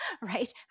right